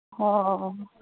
ᱚᱻ